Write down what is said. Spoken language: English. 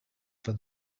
for